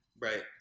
Right